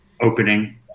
opening